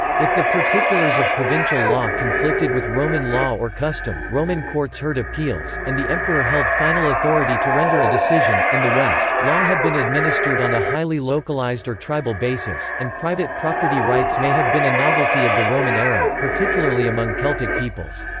if the particulars of provincial law conflicted with roman law or custom, roman courts heard appeals, and the emperor held final authority to render a decision in the west, law had been administered on a highly localized or tribal basis, and private property rights may have been a novelty of the roman era, particularly among celtic peoples.